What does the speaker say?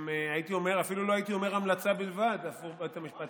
הם אפילו לא הייתי אומר המלצה בלבד עבור בית המשפט,